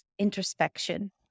introspection